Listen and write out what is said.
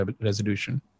resolution